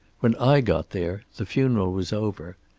when i got there the funeral was over.